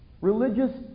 Religious